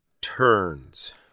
turns